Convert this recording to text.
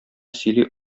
сөйли